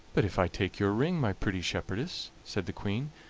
but if i take your ring, my pretty shepherdess, said the queen,